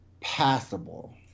passable